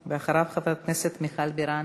ואחריו, חברת הכנסת מיכל בירן.